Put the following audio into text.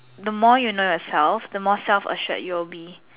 the more you know yourself the more self assured you'll be